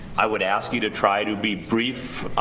i would ask you to try to be brief,